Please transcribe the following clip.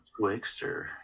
Twixter